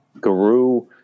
Guru